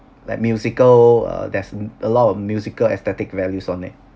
like musical uh there's a lot of musical aesthetic values on it